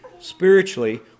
spiritually